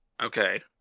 okay